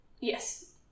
yes